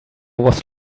was